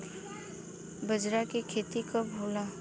बजरा के खेती कब होला?